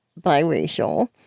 biracial